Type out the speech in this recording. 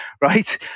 right